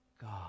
God